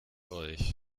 euch